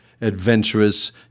adventurous